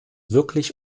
wirklich